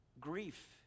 grief